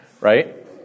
right